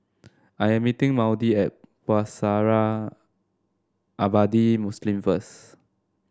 I am meeting Maudie at Pusara Abadi Muslim first